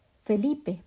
Felipe